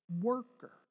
worker